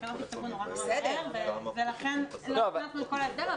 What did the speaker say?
שהתקנות נכתבו נורא מהר ולכן לא כתבנו את כל ההסדר,